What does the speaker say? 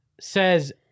says